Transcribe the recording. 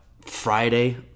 Friday